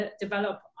develop